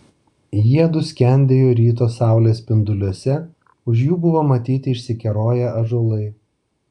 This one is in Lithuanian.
jiedu skendėjo ryto saulės spinduliuose už jų buvo matyti išsikeroję ąžuolai